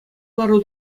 лару